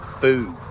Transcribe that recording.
food